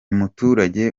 muturage